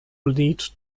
need